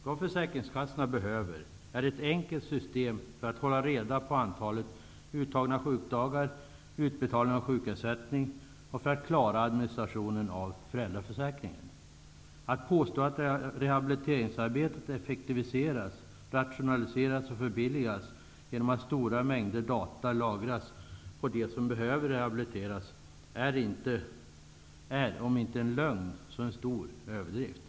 Vad försäkringskassorna behöver är ett enkelt system för att kunna hålla reda på antalet uttagna sjukdagar och utbetalning av sjukersättning och för att klara administrationen av föräldraförsäkringen. Att påstå att rehabiliteringsarbetet effektiviseras, rationaliseras och förbilligas genom att stora mängder data om dem som behöver rehabiliteras lagras är om inte en lögn så en stor överdrift.